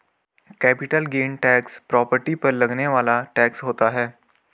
capital gain tax property पर लगने वाला टैक्स होता है